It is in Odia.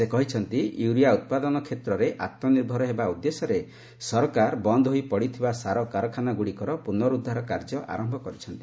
ସେ କହିଛନ୍ତି ୟୁରିଆ ଉତ୍ପାଦନ କ୍ଷେତ୍ରରେ ଆତ୍କନିର୍ଭର ହେବା ଉଦ୍ଦେଶ୍ୟରେ ସରକାର ବନ୍ଦ୍ ହୋଇ ପଡ଼ିରହିଥିବା ସାର କାରଖାନାଗୁଡ଼ିକର ପୁନରୁଦ୍ଧାର କାର୍ଯ୍ୟ ଆରମ୍ଭ କରିଛନ୍ତି